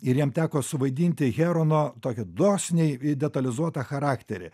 ir jam teko suvaidinti herono tokį dosniai detalizuotą charakterį